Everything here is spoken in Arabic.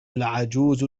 العجوز